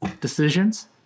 decisions